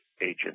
agent